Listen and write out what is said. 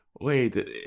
wait